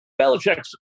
Belichick's